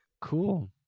cool